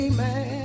Amen